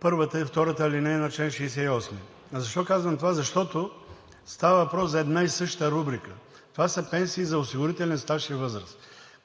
първата и втората алинея на чл. 68. Защо казвам това? Защото става въпрос за една и съща рубрика. Това са пенсии за осигурителен стаж и възраст.